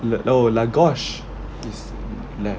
oh is left